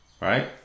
right